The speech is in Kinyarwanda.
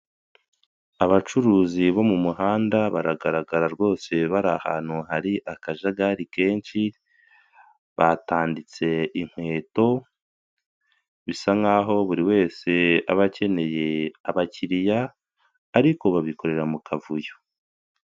Abacuruzi bo mu muhanda baragaragara rwose bari ahantu hari akajagari kenshi, batanditse inkweto, bisa nkaho buri wese aba akeneye abakiriya, ariko babikorera mu kavuyo.